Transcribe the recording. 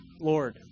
Lord